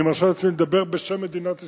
אני מרשה לעצמי לדבר בשם מדינת ישראל,